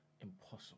Impossible